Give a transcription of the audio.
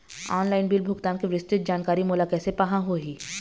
Online bill भुगतान के विस्तृत जानकारी मोला कैसे पाहां होही?